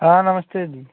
हाँ नमस्ते जी